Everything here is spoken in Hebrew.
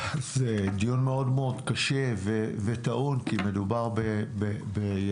זה דיון מאוד מאוד קשה וטעון כי מדובר בילדים,